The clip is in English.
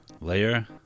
Layer